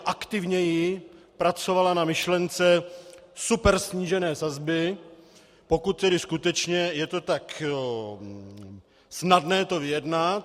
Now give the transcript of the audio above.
aktivněji pracovala na myšlence supersnížené sazby, pokud tedy skutečně je to tak snadné to vyjednat.